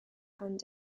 and